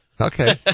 Okay